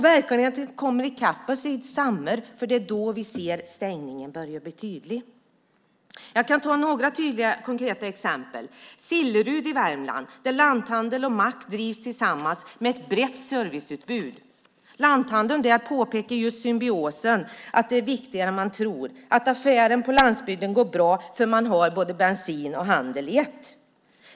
Verkligheten kommer i kapp oss i sommar för det är då vi ser att stängningarna börjar bli tydliga. Jag kan ge några konkreta exempel. I Sillerud i Värmland drivs lanthandel och mack tillsammans. Det finns ett brett serviceutbud. Lanthandeln visar på symbiosen, att det är viktigare än man tror att affären på landsbygden går bra eftersom bensin och handel finns på samma ställe.